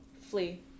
Flee